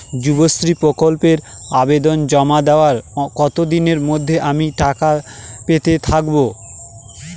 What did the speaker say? যুবশ্রী প্রকল্পে আবেদন জমা দেওয়ার কতদিনের মধ্যে আমি টাকা পেতে থাকব?